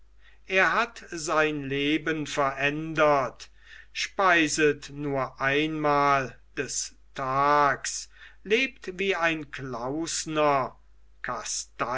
er hat sein leben verändert speiset nur einmal des tags lebt wie ein klausner